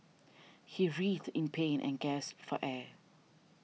he writhed in pain and gasped for air